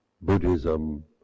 Buddhism